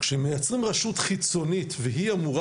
כשמייצרים רשות חיצונית והיא אמורה